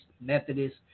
Methodist